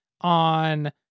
on